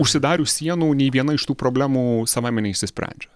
užsidarius sienų nei viena iš tų problemų savaime neišsisprendžia